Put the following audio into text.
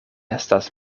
estas